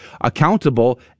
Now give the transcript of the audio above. accountable